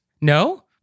No